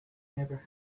never